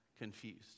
confused